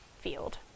field